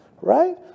right